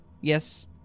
Yes